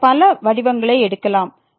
போன்ற பல வடிவங்களை எடுக்கலாம்